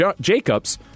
Jacobs